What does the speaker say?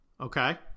okay